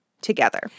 together